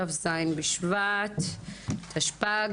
כ"ז בשבט התשפ"ג,